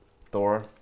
Thor